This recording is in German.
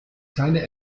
keine